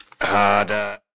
Harder